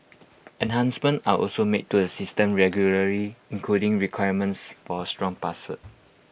enhancements are also made to the system regularly including requirements for strong passwords